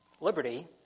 liberty